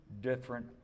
different